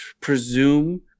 presume